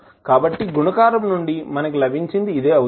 కాబట్టి గుణకారం నుండి మనకు లభించినది ఇదే అవుతుంది